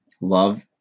love